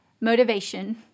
motivation